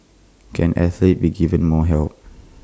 can athletes be given more help